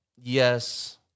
Yes